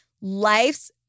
life's